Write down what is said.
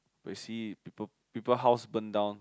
but you see people people house burn down